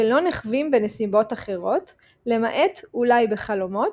שלא נחווים בנסיבות אחרות למעט אולי בחלומות,